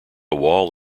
wall